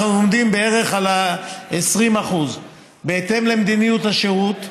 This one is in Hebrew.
אנחנו עומדים בערך על 20%. בהתאם למדיניות השירות,